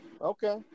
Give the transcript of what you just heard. Okay